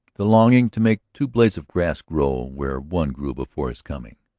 the longing to make two blades of grass grow where one grew before his coming.